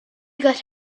got